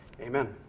amen